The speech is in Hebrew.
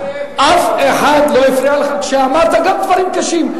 אף אחד לא הפריע לך כשאמרת גם דברים קשים.